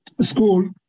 school